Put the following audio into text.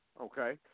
okay